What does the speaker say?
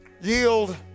Yield